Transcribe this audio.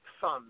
fun